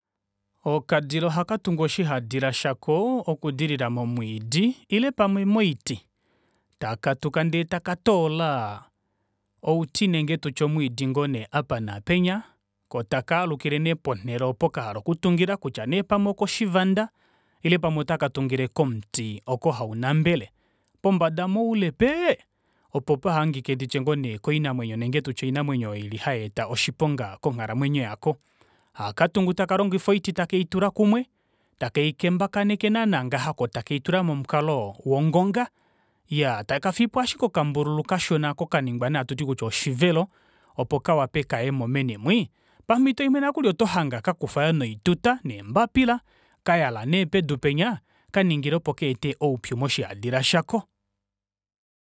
Okadila oha katungu oshihadila shako okudilila momwiidi ile pamwe moiti takatuka ndee taka toola outi ile tutye omwiidi ngoo nee apa naapenya, koo taka alukile nee ponele opo kahala okutungila, kutya nee pamwe okoshivanda ile pamwe otaka tungile komuti oko haunambele pombada moule pee, opo pahahangike ngoonee nditye koinamwenyo nenge tutye oinamwenyo oyo ili hayeeta oshiponga konghalamwenyo yako ohakatungu taka longifa oiti takeitula kumwe, take ikembakaneke naana ngaha, koo take itula momukalo wongonga iyaa taka fiyiipo ashike okambululu kashona oko kaningwa kashona hatuti kutya oshivelo opo kawape kayemo meni mwii pamitoimwe nokuli oto hange kakufa yoo nokuli noituta neembapila kayala nee pedu penya kaningila opo kaete oupyu moshihadila shako.